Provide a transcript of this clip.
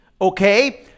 okay